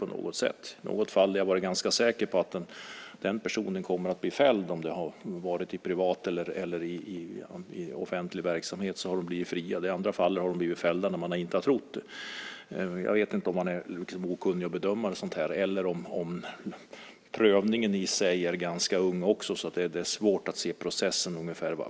I något fall där jag har varit ganska säker på att en person kommer att bli fälld, och det kan handla om privat eller offentlig verksamhet, så har den personen blivit friad. I andra fall, när jag inte har trott att en person ska bli fälld, har den personen blivit fälld. Jag vet inte om det beror på att jag är okunnig när det gäller att bedöma detta eller om det beror på att det är ganska nytt att pröva sådana fall och att det är svårt att se vart processen ska leda.